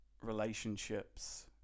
relationships